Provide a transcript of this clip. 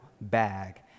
bag